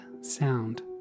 Sound